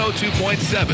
102.7